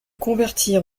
convertir